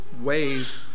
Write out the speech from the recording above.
ways